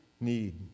need